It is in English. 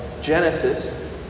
Genesis